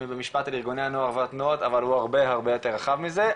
במשפט על ארגוני הנוער ועל תנועות הנוער אבל הוא הרבה יותר רחב מזה,